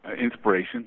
inspiration